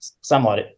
somewhat